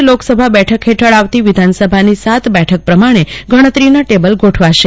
કચ્છ લોકસભા બેઠક હેઠળ આવતી વિધાનસભાની સાત બેઠક પ્રમાણે ગણતરીના ટેબલ ગોઠવાશે